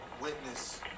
witness